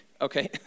okay